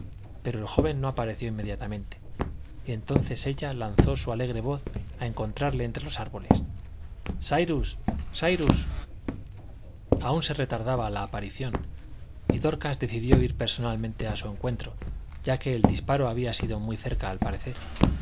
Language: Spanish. pero el joven no apareció inmediatamente y entonces ella lanzó su alegre voz a encontrarle entre los árboles cyrus cyrus aun se retardaba su aparición y dorcas decidió ir personalmente a su encuentro ya que el disparo había sido muy cerca al parecer